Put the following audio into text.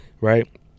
right